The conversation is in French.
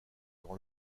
dans